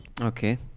Okay